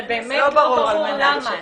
זה באמת לא ברור למה.